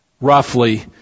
roughly